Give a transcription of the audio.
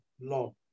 love